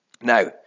Now